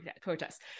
protest